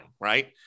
right